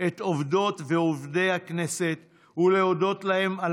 את עובדות ועובדי הכנסת ולהודות להם על